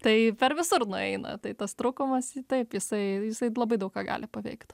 tai per visur nueina tai tas trūkumas taip jisai jisai labai daug ką gali paveikt